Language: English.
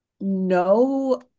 No